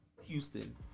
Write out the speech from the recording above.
Houston